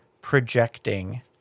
projecting